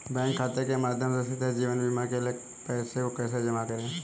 Bank खाते के माध्यम से सीधे जीवन बीमा के लिए पैसे को कैसे जमा करें?